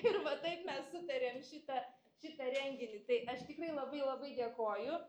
ir va taip mes sutarėm šitą šitą renginį tai aš tikrai labai labai dėkoju